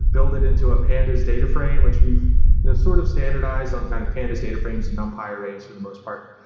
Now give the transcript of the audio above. built it into a pandas data frame, which we've you know sort of standardized on kind of pandas data frames and numpy arrays for the most part,